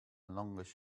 longest